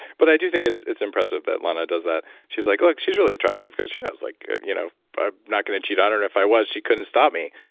but i do think it's it's impressive that lana does that. she's like, look, she's really attractive. because she knows like you know i'm not going to cheat on her and if i was, she couldn't stop me.